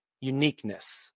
uniqueness